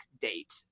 date